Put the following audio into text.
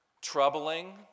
troubling